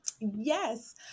Yes